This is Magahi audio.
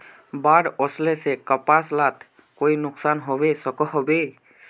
बाढ़ वस्ले से कपास लात कोई नुकसान होबे सकोहो होबे?